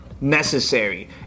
necessary